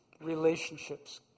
relationships